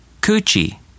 Coochie